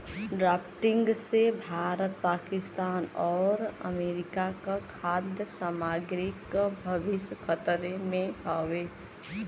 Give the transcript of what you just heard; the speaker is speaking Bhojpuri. ड्राफ्टिंग से भारत पाकिस्तान आउर अमेरिका क खाद्य सामग्री क भविष्य खतरे में हउवे